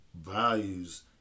values